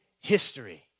history